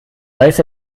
weiß